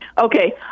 Okay